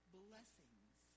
blessings